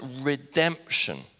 redemption